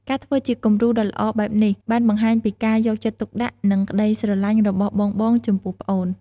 ការធ្វើជាគំរូដ៏ល្អបែបនេះបានបង្ហាញពីការយកចិត្តទុកដាក់ និងក្ដីស្រឡាញ់របស់បងៗចំពោះប្អូន ។